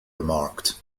remarked